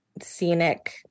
scenic